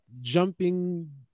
jumping